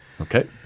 Okay